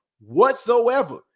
whatsoever